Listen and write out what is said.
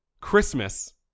Christmas